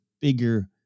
bigger